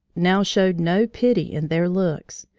now showed no pity in their looks,